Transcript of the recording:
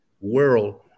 world